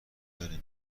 داره